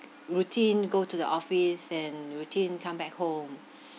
routine go to the office and routine come back home